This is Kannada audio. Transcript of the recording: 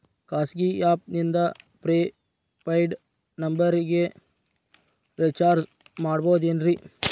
ಖಾಸಗಿ ಆ್ಯಪ್ ನಿಂದ ಫ್ರೇ ಪೇಯ್ಡ್ ನಂಬರಿಗ ರೇಚಾರ್ಜ್ ಮಾಡಬಹುದೇನ್ರಿ?